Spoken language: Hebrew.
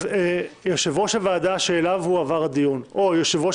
יושב-ראש הוועדה שאליו הועבר הדיון או יושב-ראש